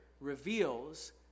reveals